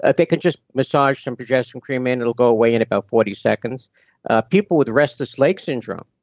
ah they can just massage some progesterone cream in. it'll go away in about forty seconds people with restless leg syndrome,